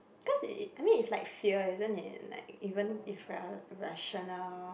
cause it it I mean it's like fear isn't it like even if you are rationale